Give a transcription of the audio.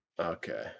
Okay